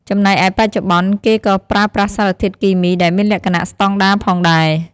ចំណែកឯបច្ចុប្បន្ន គេក៏ប្រើប្រាស់សារធាតុគីមីដែលមានលក្ខណៈស្តង់ដារផងដែរ។